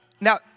Now